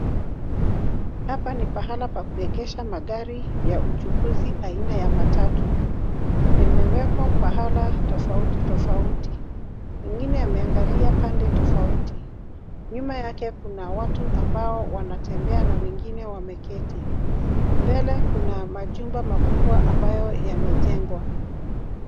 Hapa ni pahala pa kuegesha magari ya uchukuzi aina ya matatu. Yamewekwa pahala tofauti tofauti. Ingine yameangalia pande tofauti. Nyuma yake kuna watu ambao wanatembea na wengine wameketi. Mbele kuna majumba makubwa ambayo yamejengwa.